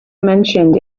mentioned